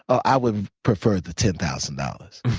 i would prefer the ten thousand dollars.